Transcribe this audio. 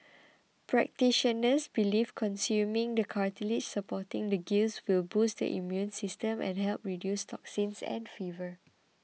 practitioners believe consuming the cartilage supporting the gills will boost the immune system and help reduce toxins and fever